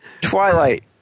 Twilight